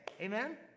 Amen